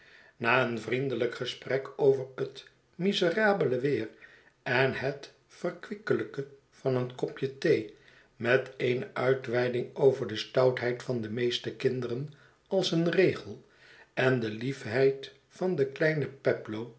na een vriendelyk gesprek over het miserabele weer en het verkwikkelijke van een kopje thee met eene uitweiding over de stoutheid van de rneeste kinderen als een regel en de liefheid van den kleinen peplow